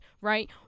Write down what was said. right